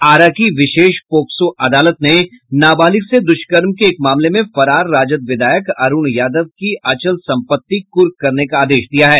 आरा की विशेष पोक्सो अदालत ने नाबालिग से दुष्कर्म के एक मामले में फरार राजद विधायक अरूण यादव की अचल सम्पति कुर्क करने का आदेश दिया है